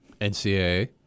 NCAA